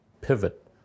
pivot